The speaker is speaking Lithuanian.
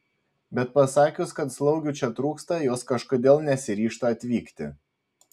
bet pasakius kad slaugių čia trūksta jos kažkodėl nesiryžta atvykti